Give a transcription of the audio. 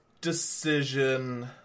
decision